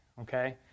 okay